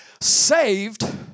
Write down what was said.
saved